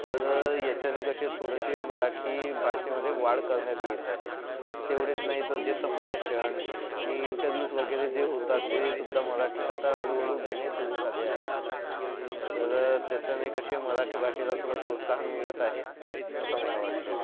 तर याच्याने कसे थोडसे मराठी भाषेमधे वाढ करण्यात येत आहे तर तेवढेच नाही तर जे संभाषण नी इंटरव्ह्यूज वगैरे जे होतात तेसुद्धा मराठीत आता हळूहळू घेणे सुरू झाले आहे तर त्याच्याने कसे मराठी भाषेला थोडं प्रोत्साहन मिळत आहे असं मला वाटते